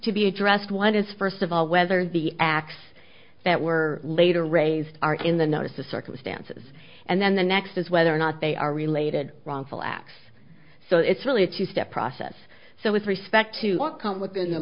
to be addressed one is first of all whether the acts that were later raised are in the notice of circumstances and then the next is whether or not they are related wrongful acts so it's really a two step process so with respect to come within the